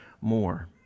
more